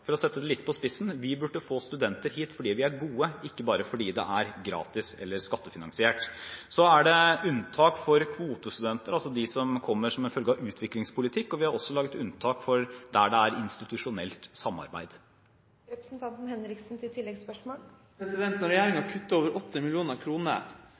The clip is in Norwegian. For å sette det litt på spissen: Vi burde få studenter hit fordi vi er gode, ikke bare fordi det er gratis eller skattefinansiert. Det er unntak for kvotestudenter, altså de som kommer som en følge av utviklingspolitikk, og vi har også laget unntak for der det er institusjonelt samarbeid.